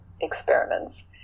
experiments